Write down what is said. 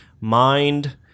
Mind